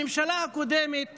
הממשלה הקודמת